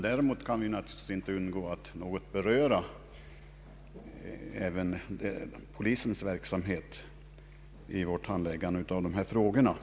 Däremot kan vi naturligtvis inte undgå att något beröra polisens verksamhet vid vårt handläggande av rättsfrågorna.